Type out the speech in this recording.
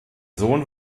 sohn